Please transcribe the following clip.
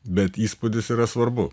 bet įspūdis yra svarbu